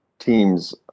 team's